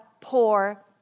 poor